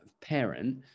parent